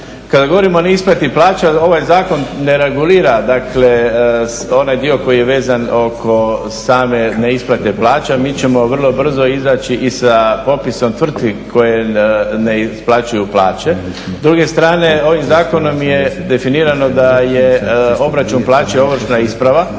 Kada govorimo o neisplati plaća ovaj zakon ne regulira dakle onaj dio koji je vezan oko same neisplate plaća. Mi ćemo vrlo brzo izaći i sa popisom tvrtki koje ne isplaćuju plaće. S druge strane ovim zakonom je definirano da je obračun plaće ovršna isprava,